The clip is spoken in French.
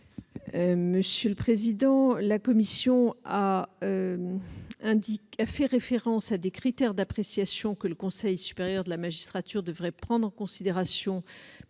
garde des sceaux. La commission a fait référence à des critères d'appréciation que le Conseil supérieur de la magistrature devrait prendre en considération